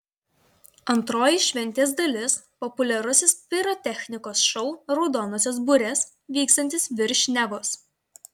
antroji šventės dalis populiarusis pirotechnikos šou raudonosios burės vykstantis virš nevos